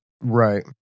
Right